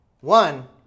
One